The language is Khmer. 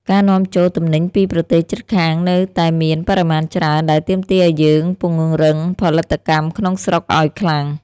ការនាំចូលទំនិញពីប្រទេសជិតខាងនៅតែមានបរិមាណច្រើនដែលទាមទារឱ្យយើងពង្រឹងផលិតកម្មក្នុងស្រុកឱ្យខ្លាំង។